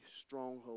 stronghold